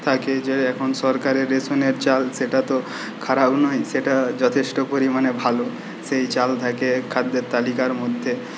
থাকে যে এখন সরকারের রেশনের চাল সেটা তো খারাপ নয় সেটা যথেষ্ট পরিমাণে ভালো সেই চাল থাকে খ্যাদের তালিকার মধ্যে